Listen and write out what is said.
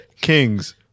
Kings